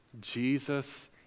Jesus